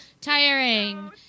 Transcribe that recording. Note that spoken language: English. tiring